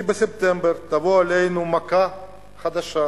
כי בספטמבר תבוא עלינו מכה חדשה,